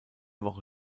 woche